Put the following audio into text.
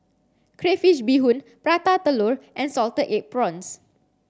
Crayfish Beehoon Orata Telur and salted egg prawns